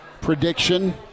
prediction